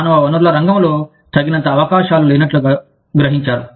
మానవ వనరుల రంగంలో తగినంత అవకాశాలు లేవన్నట్లు గ్రహించారు